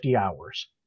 hours